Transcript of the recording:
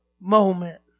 moment